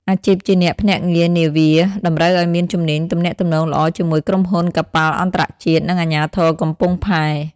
អាជីពជាអ្នកភ្នាក់ងារនាវា តម្រូវឱ្យមានជំនាញទំនាក់ទំនងល្អជាមួយក្រុមហ៊ុនកប៉ាល់អន្តរជាតិ និងអាជ្ញាធរកំពង់ផែ។